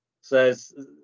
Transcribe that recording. says